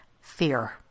fear